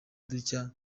dutya